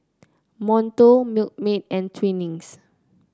Monto Milkmaid and Twinings